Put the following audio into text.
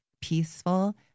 peaceful